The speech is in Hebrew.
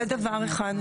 זה דבר אחד.